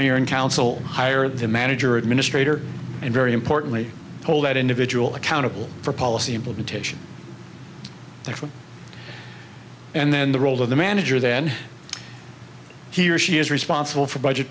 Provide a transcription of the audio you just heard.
mayor and council hire the manager administrator and very importantly hold that individual accountable for policy implementation there and then the role of the manager then he or she is responsible for budget